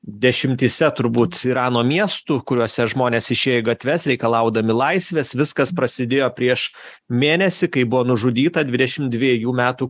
dešimtyse turbūt irano miestų kuriuose žmonės išėjo į gatves reikalaudami laisvės viskas prasidėjo prieš mėnesį kai buvo nužudyta dvidešim dviejų metų